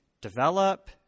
develop